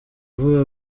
vuba